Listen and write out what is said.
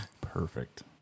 Perfect